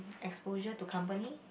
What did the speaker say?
exposure to company